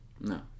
No